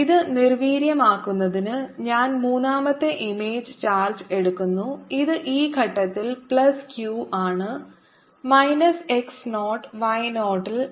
ഇത് നിർവീര്യമാക്കുന്നതിന് ഞാൻ മൂന്നാമത്തെ ഇമേജ് ചാർജ് എടുക്കുന്നു ഇത് ഈ ഘട്ടത്തിൽ പ്ലസ് q ആണ് മൈനസ് x 0 y 0 ൽ